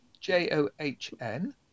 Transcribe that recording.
J-O-H-N